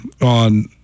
on